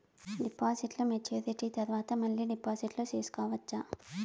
డిపాజిట్లు మెచ్యూరిటీ తర్వాత మళ్ళీ డిపాజిట్లు సేసుకోవచ్చా?